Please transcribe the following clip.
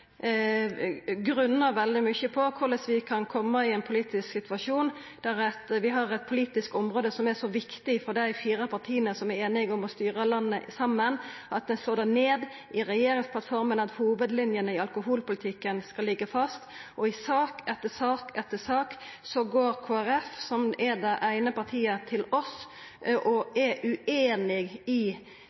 grunna veldig mykje på korleis vi kan koma i ein politisk situasjon der vi har eit politisk område som er så viktig for dei fire partia som er einige om å styra landet saman, at dei slår fast i regjeringsplattforma at hovudlinjene i alkoholpolitikken skal liggja fast – og i sak etter sak etter sak går Kristeleg Folkeparti, som er det eine partiet, til oss og er ueinig i